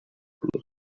couple